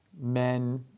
men